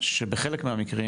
שבחלק מהמקרים,